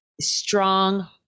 strong